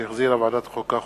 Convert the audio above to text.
שהחזירה ועדת החוקה,